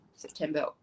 September